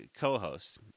co-host